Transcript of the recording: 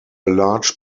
large